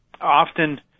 often